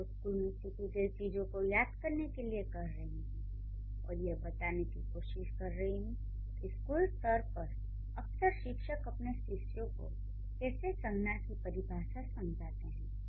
मैं आपको स्कूल में सीखी गई चीजों को याद करने के लिए कह रही हूँ और यह बताने की भी कोशिश कर रही हूँ कि स्कूल स्तर पर अक्सर शिक्षक अपने शिष्यों को कैसे संज्ञा की परिभाषा समझाते हैं